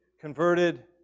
converted